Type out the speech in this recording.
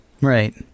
Right